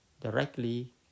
directly